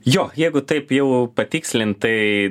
jo jeigu taip jau patikslintai